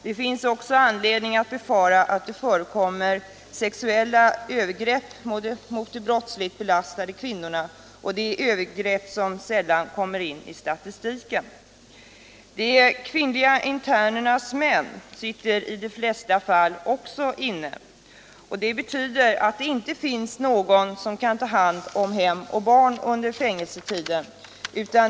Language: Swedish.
Det finns också anledning befara att det förekommer sexuella övergrepp mot de brottsligt belastade kvinnorna, och det är övergrepp som sällan kommer i statistiken. De kvinnliga internernas män sitter i de flesta fall också inne. Det betyder att det inte finns någon som kan ta hand om hem och barn under fängelsetiden.